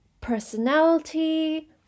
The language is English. personality